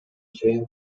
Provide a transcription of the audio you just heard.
чейин